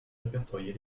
répertoriés